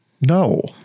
No